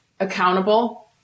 accountable